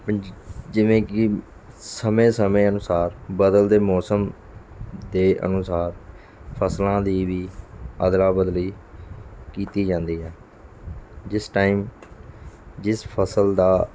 ਪੰ ਜਿਵੇਂ ਕਿ ਸਮੇਂ ਸਮੇਂ ਅਨੁਸਾਰ ਬਦਲਦੇ ਮੌਸਮ ਦੇ ਅਨੁਸਾਰ ਫਸਲਾਂ ਦੀ ਵੀ ਅਦਲਾ ਬਦਲੀ ਕੀਤੀ ਜਾਂਦੀ ਹੈ ਜਿਸ ਟਾਈਮ ਜਿਸ ਫਸਲ ਦਾ